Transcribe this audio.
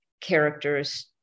characters